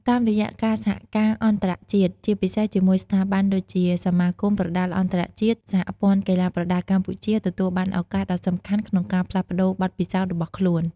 តាមរយៈការសហការអន្តរជាតិ ជាពិសេសជាមួយស្ថាប័នដូចជា សមាគមប្រដាល់អន្តរជាតិ សហព័ន្ធកីឡាប្រដាល់កម្ពុជា ទទួលបានឱកាសដ៏សំខាន់ក្នុងការផ្លាស់ប្ដូរបទពិសោធន៍របស់ខ្លួន។